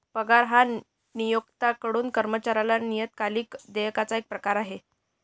पगार हा नियोक्त्याकडून कर्मचाऱ्याला नियतकालिक देयकाचा एक प्रकार आहे